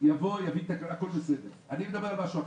אני מדבר על משהו אחר.